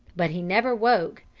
but he never woke,